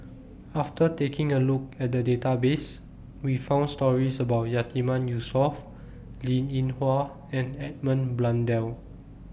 after taking A Look At The Database We found stories about Yatiman Yusof Linn in Hua and Edmund Blundell